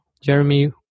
Jeremy